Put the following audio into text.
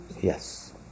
Yes